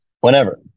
Whenever